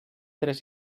tres